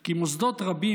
כי מוסדות רבים,